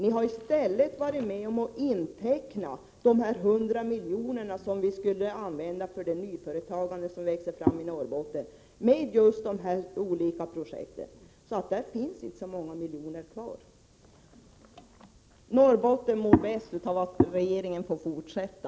I stället har ni varit med om att inteckna de 100 miljonerna som vi skulle använda för det framväxande nyföretagandet i Norrbotten beträffande just de olika projekt som det här är fråga om. Så därför finns det inte så många miljoner kvar. Norrbotten mår bäst av att regeringen får fortsätta.